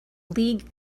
league